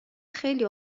خیلی